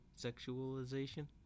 sexualization